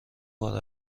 بار